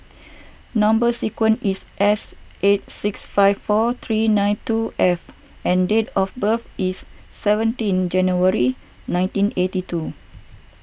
Number Sequence is S eight six five four three nine two F and date of birth is seventeen January nineteen eighty two